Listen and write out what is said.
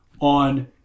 on